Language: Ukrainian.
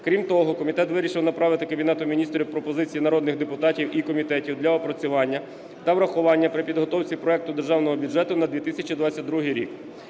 Крім того, комітет вирішив направити Кабінету Міністрів пропозиції народних депутатів і комітетів для опрацювання та врахування при підготовці проекту Державного бюджету на 2022 рік,